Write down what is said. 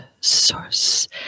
source